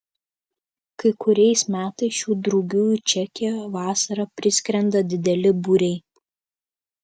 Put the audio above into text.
kai kuriais metais šių drugių į čekiją vasarą priskrenda dideli būriai